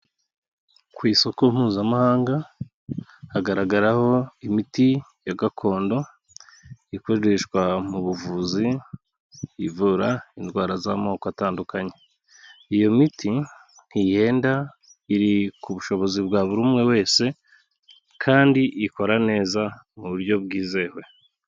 Ku isoko Mpuzamahanga, hagaragaraho imiti ya gakondo, ikoreshwa mu buvuzi, ivura indwara z'amoko atandukanye, iyo miti ntihenda iri ku bushobozi bwa buri umwe wese kandi ikora neza mu buryo bwizewe.